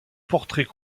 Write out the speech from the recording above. portrait